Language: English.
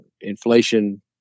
inflation